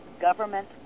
government